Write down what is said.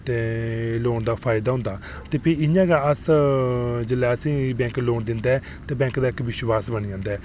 ते लोन दा फायदा होंदा ते इंया गै अस असें ई बैंक लोन दिंदा ऐ ते बैंक दा इक्क विश्वास बनी जंदा ऐ